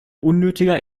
unnötiger